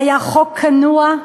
היה חוק כנוע,